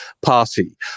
party